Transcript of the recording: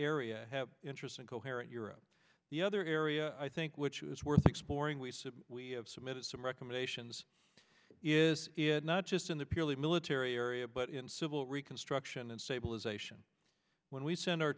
area have interest in coherent europe the other area i think which is worth exploring we have submitted some recommendations is not just in the purely military area but in civil reconstruction and stabilization when we send our